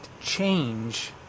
change